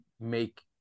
make